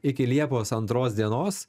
iki liepos antros dienos